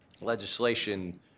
legislation